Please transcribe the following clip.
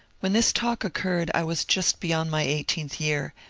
when this talk occurred i was just beyond my eighteenth year,